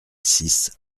six